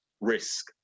risk